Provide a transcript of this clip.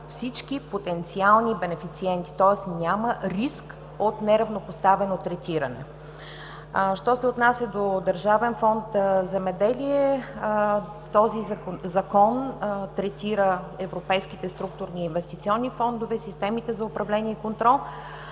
всички потенциални бенефициенти, тоест няма риск от неравнопоставено третиране. Що се отнася до Държавен фонд „Земеделие“ този Закон третира европейските структурни и инвестиционни фондове, системите за управление и контрол,